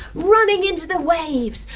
running into the waves.